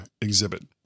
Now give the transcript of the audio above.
exhibit